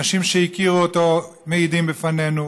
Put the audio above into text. אנשים שהכירו אותו מעידים בפנינו,